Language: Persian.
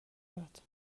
داد